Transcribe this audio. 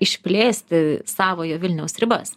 išplėsti savojo vilniaus ribas